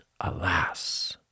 alas